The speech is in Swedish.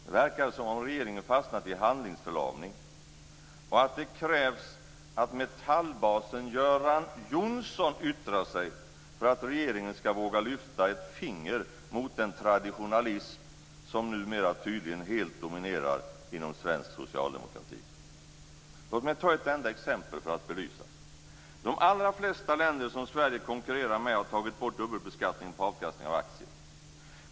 Det verkar som om regeringen fastnat i handlingsförlamning och att det krävs att metallbasen Göran Johnsson yttrar sig för att regeringen skall våga lyfta ett finger mot den traditionalism som numera tydligen helt dominerar inom svensk socialdemokrati. Låt mig ta ett enda exempel för att belysa. De allra flesta länder som Sverige konkurrerar med har tagit bort dubbelbeskattningen på avkastningen av aktier.